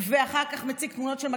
ואחר מציג תמונות של מג"ד,